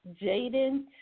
Jaden